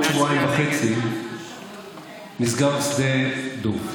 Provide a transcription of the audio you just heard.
בעוד שבועיים וחצי נסגר שדה דב.